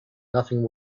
nothing